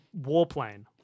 warplane